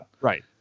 Right